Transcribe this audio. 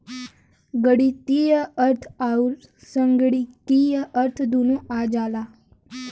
गणीतीय अर्थ अउर संगणकीय अर्थ दुन्नो आ जाला